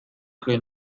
que